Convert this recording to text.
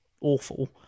awful